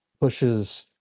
pushes